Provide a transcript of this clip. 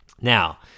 Now